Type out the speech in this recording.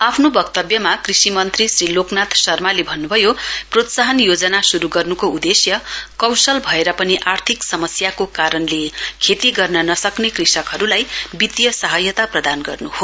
आफ्नो वक्तव्यमा कृषि मन्त्री श्री लोकनाथ शर्माले भन्नुभयो प्रोत्साहन योजना शुरु गर्नुको उद्देश्य कौशल भएर पनि आर्थिक समस्याको कारणले खेती गर्न नसक्ने कृषकहरूलाई वित्तीय सहायता प्रदान गर्नु हो